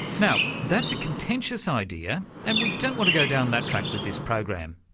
now that's a contentious idea and we don't want to go down that track with this program,